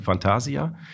Fantasia